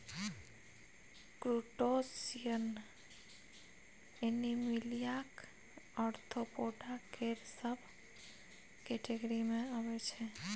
crustacean एनीमिलियाक arthropoda केर सब केटेगिरी मे अबै छै